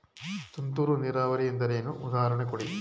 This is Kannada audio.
ತುಂತುರು ನೀರಾವರಿ ಎಂದರೇನು, ಉದಾಹರಣೆ ಕೊಡಿ?